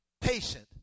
patient